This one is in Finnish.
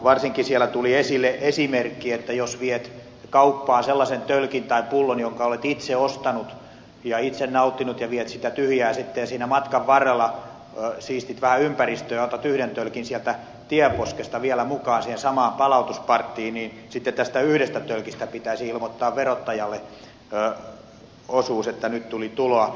varsinkin siellä tuli esimerkki että jos viet kauppaan sellaisen tölkin tai pullon jonka olet itse ostanut ja itse nauttinut ja viet sitä tyhjää sitten ja siinä matkan varrella siistit vähän ympäristöä ja otat yhden tölkin sieltä tienposkesta vielä mukaan siihen samaan palautuspanttiin niin sitten tästä yhdestä tölkistä pitäisi ilmoittaa verottajalle osuus että nyt tuli tuloa